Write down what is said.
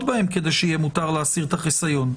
בהם כדי שיהיה מותר להסיר את החיסיון,